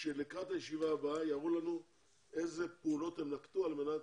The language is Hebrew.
שלקראת הישיבה הבאה יראו לנו איזה פעולות נקטתם על מנת